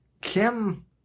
Kim